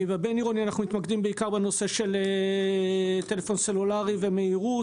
בבין-עירוני אנחנו מתמקדים בעיקר בנושא של טלפון סלולרי ומהירות,